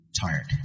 tired